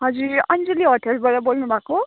हजुर अञ्जली होटलबाट बोल्नुभएको हो